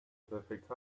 perfect